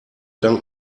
dank